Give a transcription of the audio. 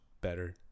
better